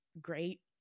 great